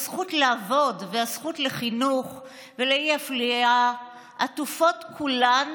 הזכות לעבוד והזכות לחינוך ולאי-אפליה עטופות כולן